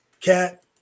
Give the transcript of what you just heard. Cat